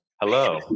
Hello